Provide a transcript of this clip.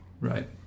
Right